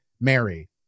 Mary